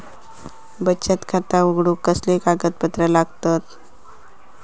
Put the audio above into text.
बचत खाता उघडूक कसले कागदपत्र लागतत?